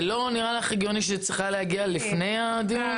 זה לא נראה לך הגיוני שזה צריך להגיע לפני הדיון?